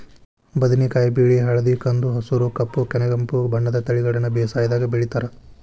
ಬದನೆಕಾಯಿ ಬಿಳಿ ಹಳದಿ ಕಂದು ಹಸುರು ಕಪ್ಪು ಕನೆಗೆಂಪು ಬಣ್ಣದ ತಳಿಗಳನ್ನ ಬೇಸಾಯದಾಗ ಬೆಳಿತಾರ